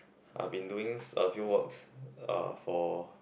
I've been doing a few works uh for